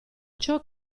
ciò